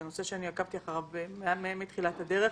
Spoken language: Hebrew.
זה נושא שעקבתי אחריו מתחילת הדרך.